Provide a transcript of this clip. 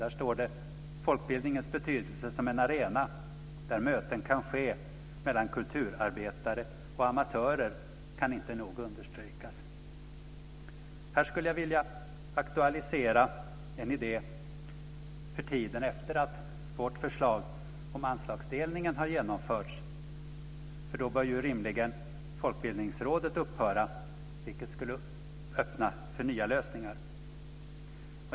Där står: "Folkbildningens betydelse som en arena där möten kan ske mellan kulturarbetare och amatörer kan inte nog understrykas." Här skulle jag vilja aktualisera en idé för tiden efter att vårt förslag om anslagsdelningen har genomförts. Då bör rimligen Folkbildningsrådet upphöra, vilket skulle öppna för nya lösningar.